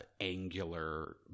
angular